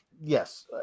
yes